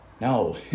No